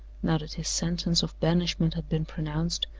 now that his sentence of banishment had been pronounced,